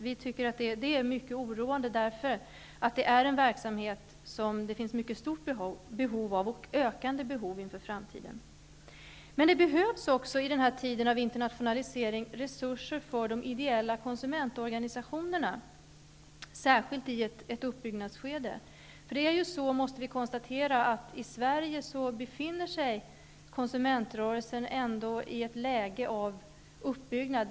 Vi tycker att det är mycket oroande, för det är en verksamhet som det finns ett mycket stort och ökande behov av inför framtiden. Men det behövs också i den här tiden av internationalisering resurser för de ideella konsumentorganisationerna, särskilt i ett uppbyggnadsskede. Det är så, måste vi konstatera, att konsumentrörelsen i Sverige befinner sig på ett uppbyggnadsstadium.